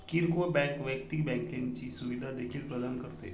किरकोळ बँक वैयक्तिक बँकिंगची सुविधा देखील प्रदान करते